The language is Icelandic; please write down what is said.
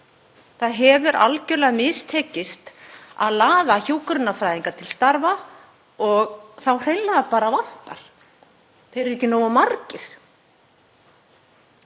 Það hefur algerlega mistekist að laða hjúkrunarfræðinga til starfa og þá hreinlega bara vantar. Þeir eru ekki nógu margir.